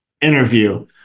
interview